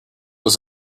was